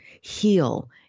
heal